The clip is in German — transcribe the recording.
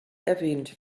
erwähnt